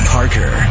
Parker